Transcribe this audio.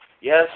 Yes